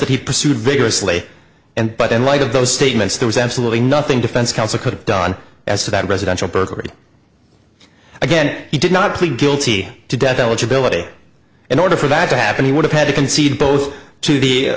that he pursued vigorously and but in light of those statements there was absolutely nothing defense counsel could have done as to that residential burglary again he did not plead guilty to death eligibility in order for that to happen he would have had to concede both to the